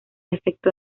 efecto